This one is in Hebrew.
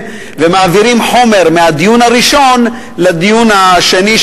ומעבירים חומר מהדיון הראשון לדיון השני,